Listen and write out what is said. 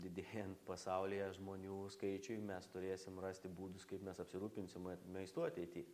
didėjant pasaulyje žmonių skaičiui mes turėsim rasti būdus kaip mes apsirūpinsim m maistu ateity